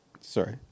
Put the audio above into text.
Sorry